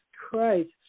Christ